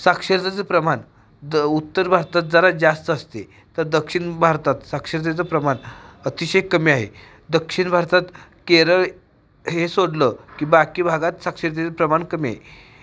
साक्षरताचं प्रमान द उत्तर भारतात जरा जास्त असते तर दक्षिण भारतात साक्षरतेचं प्रमान अतिशय कमी आहे दक्षिण भारतात केरळ हे सोडलं की बाकी भागात साक्षरतेचं प्रमाण कमी आहे